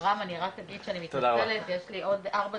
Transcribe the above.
רם, אני מתנצלת, אני צריכה לצאת לדיון בראשותי.